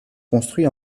construit